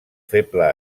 feble